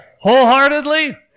Wholeheartedly